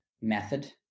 method